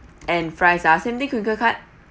and fries ah same thing crinkle cut